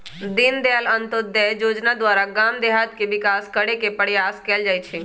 दीनदयाल अंत्योदय जोजना द्वारा गाम देहात के विकास करे के प्रयास कएल जाइ छइ